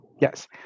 yes